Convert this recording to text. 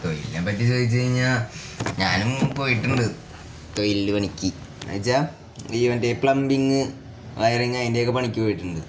തൊഴിലിനെ പറ്റി ചോദിച്ച് കഴിഞ്ഞാൽ ഞാനും പോയിട്ടുണ്ട് തൊഴിൽ പണിക്ക് എന്ന് വച്ചാൽ ഈ മറ്റേ പ്ലംമ്പിങ് വയറിങ്ങ് അതിന്റെ ഒക്കെ പണിക്ക് പോയിട്ടുണ്ട്